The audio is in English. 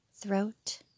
throat